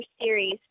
series